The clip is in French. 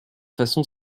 façon